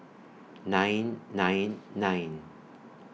nine nine nine